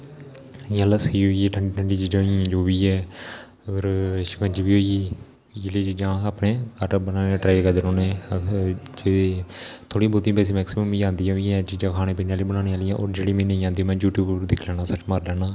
इयां लस्सी होई गेई ठंडी चीजां होई गेइयां जो बी और शकंजवी होई गेई इयै जेही चीजां अस अपने बनाने लेई ट्राई करदे रौहने जेहदे च थोह्डी बहूती बेसे में मेक्सीमम मिगी आंदी बी ऐ चिजां बनानी खाने पीने आहलियां ओऱ जेहड़ी मी नेई आंदी ओह् में यूट्यूव उपर दिक्खी लेना सारी सर्च मारी लेना